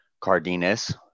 Cardenas